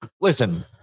listen